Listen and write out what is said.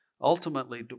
ultimately